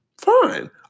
fine